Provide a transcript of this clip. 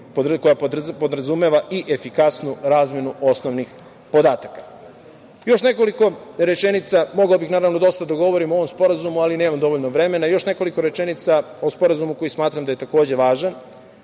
koja podrazumeva i efikasnu razmenu osnovnih podataka. Mogao bih naravno dosta da govorim o ovom Sporazumu, ali nemam dovoljno vremena. Još nekoliko rečenica o Sporazumu koji smatram da je takođe važan,